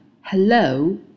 hello